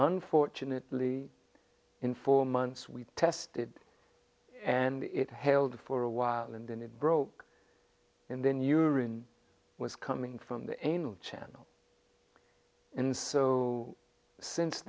unfortunately in four months we tested and it held for a while and then it broke and then urine was coming from the anal channel and so since